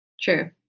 True